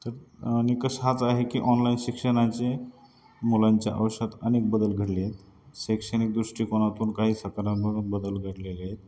तर आणि कसा हाच आहे की ऑनलाईन शिक्षणाचे मुलांच्या आयुष्यातत अनेक बदल घडले आहेत शैक्षणिक दृष्टिकोनातून काही सकारात्मक बदल घडलेले आहेत